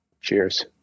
Cheers